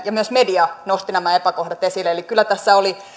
ja myös media nostivat nämä epäkohdat esille kyllä tässä oli